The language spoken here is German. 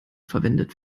verwendet